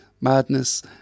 Madness